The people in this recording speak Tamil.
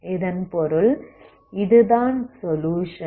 இதன் பொருள் இது தான் சொலுயுஷன்